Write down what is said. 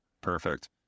perfect